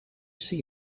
see